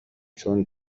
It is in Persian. چون